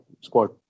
squad